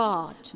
God